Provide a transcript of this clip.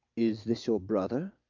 is this your brother?